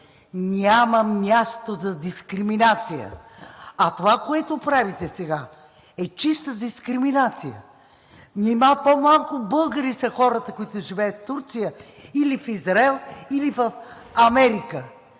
няма място за дискриминация. А това, което правите сега, е чиста дискриминация. Нима по-малко българи са хората, които живеят в Турция или в Израел, или в Америка?